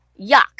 Yuck